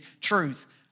truth